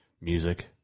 music